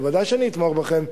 ודאי שאני אתמוך בכם,